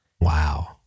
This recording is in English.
Wow